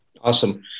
Awesome